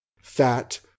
fat